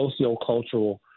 sociocultural